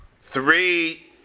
three